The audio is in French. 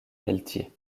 pelletier